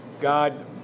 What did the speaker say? God